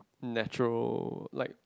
natural like